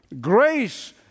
Grace